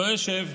לא אשב.